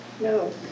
No